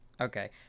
Okay